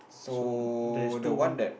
so there's two